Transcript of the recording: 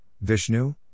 Vishnu